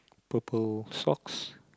purple socks